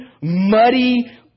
muddy